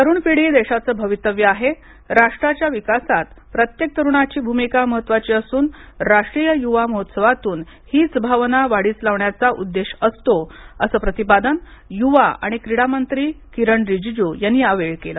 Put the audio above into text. तरूणपिढी देशाचे भवितव्य आहे राष्ट्राच्या विकासात प्रत्येक तरूणाची भूमिका महत्त्वाची असून राष्ट्रीय युवा महोत्सवातून हीच भावना वाढीस लावण्याचा उद्देश असतो असे प्रतिपादन युवा आणि क्रीडा मंत्री किरण रिजिजू यांनी याप्रसंगी केले